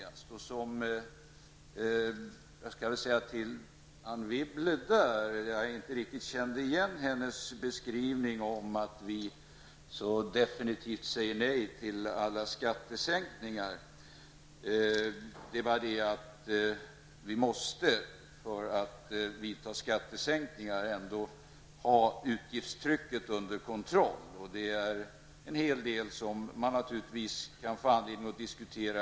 Jag kände inte riktigt igen Anne Wibbles beskrivning, att vi så definitivt säger nej till alla skattesänkningar. Det är bara det att vi för att kunna företa skattesänkningar ändå måste ha utgiftstrycket under kontroll. På den punkten finns det en hel del som man i framtiden kan få anledning att diskutera.